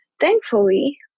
thankfully